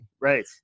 Right